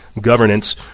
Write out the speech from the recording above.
governance